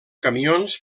camions